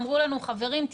אמרו לנו: חברים,